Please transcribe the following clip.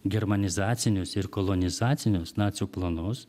germanizacinius ir kolonizacinius nacių planus